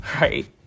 right